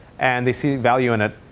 and they see value in it.